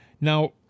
Now